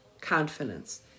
confidence